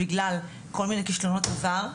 בגלל כל מיני כשלונות עבר,